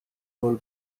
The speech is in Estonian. laul